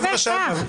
לא בהכרח.